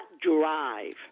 drive